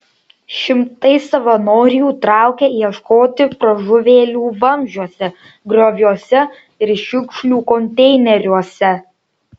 šimtai savanorių traukė ieškoti pražuvėlių vamzdžiuose grioviuose ir šiukšlių konteineriuose